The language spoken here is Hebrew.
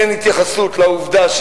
אין התייחסות לעובדה,